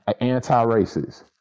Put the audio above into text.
anti-racist